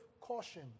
caution